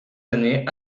années